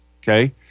okay